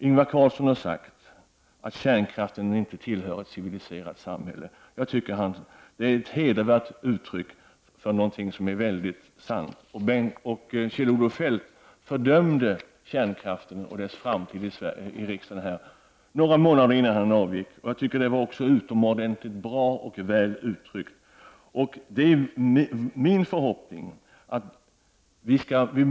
Ingvar Carlsson har sagt att kärnkraften inte tillhör ett civiliserat samhälle. Det är ett hedervärt uttryck för något som är mycket sant. Kjell-Olof Feldt fördömde också kärnkraften och dess framtid i Sverige i riksdagen några månader innan han avgick. Jag tycker att det var oerhört bra och väl uttryckt.